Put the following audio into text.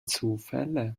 zufälle